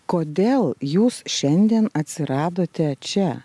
kodėl jūs šiandien atsiradote čia